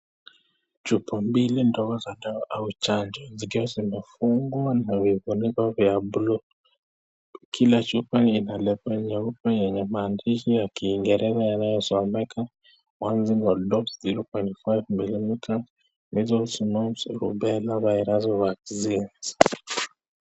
Chupa mbili ndogo za dawa au chanjo zikiwa zimefungwa na vifuniko vya buluu. Kila chupa lina lebo nyeupe yenye maandishi ya kiingereza yanayo someka one single dose 0.5ml, measles ,mumps, rubella vaccine .